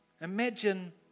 Imagine